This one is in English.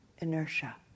inertia